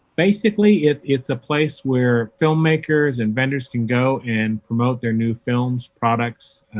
basically it's it's a place where film makers and vendors can go and promote their new films, products,